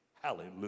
Hallelujah